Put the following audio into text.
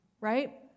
right